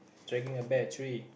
dragging a bear tree